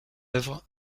œuvre